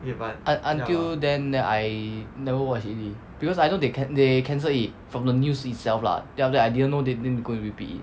un~ until then then I never watch already because I know they can~ they cancel it from the news itself lah then after that I didn't know they go and repeat it